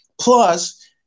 Plus